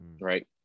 right